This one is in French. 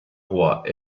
roi